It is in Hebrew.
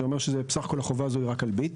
זה אומר שהחובה הזו היא רק על ביט,